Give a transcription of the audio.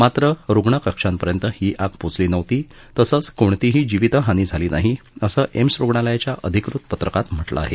मात्र रुग्णकक्षांपर्यंत ही आग पोचली नव्हती तसंच कोणतीही जीवित हानी झाली नाही असं एम्स रुग्णालयाच्या अधिकृत पत्रकात म्हटलं आहे